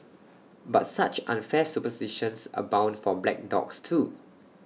but such unfair superstitions abound for black dogs too